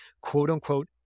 quote-unquote